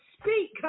speak